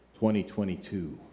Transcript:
2022